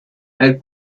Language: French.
elle